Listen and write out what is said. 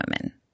women